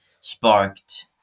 sparked